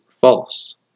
false